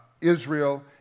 Israel